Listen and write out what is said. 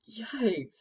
Yikes